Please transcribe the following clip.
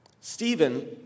Stephen